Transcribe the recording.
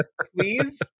please